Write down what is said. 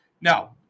Now